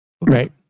Right